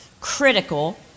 critical